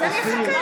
אז למה להמשיך?